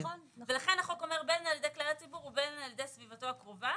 לכן החוק אומר בין על ידי כלל הציבור ובין על ידי סביבתו הקרובה.